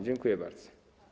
Dziękuję bardzo.